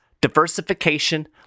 diversification